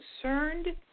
concerned